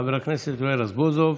חבר הכנסת יואל רזבוזוב.